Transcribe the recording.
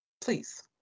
Please